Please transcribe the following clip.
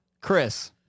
Chris